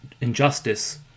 injustice